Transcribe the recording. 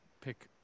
pick